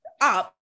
up